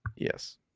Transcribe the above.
Yes